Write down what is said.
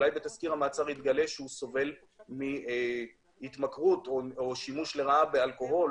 אולי בתזכיר המעצר יתגלה שהוא סובל מהתמכרות או שימוש לרעה באלכוהול,